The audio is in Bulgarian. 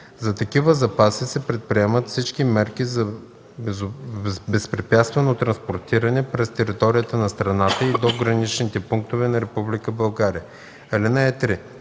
За такива запаси се предприемат всички мерки за безпрепятствено транспортиране през територията на страната и до граничните пунктове на Република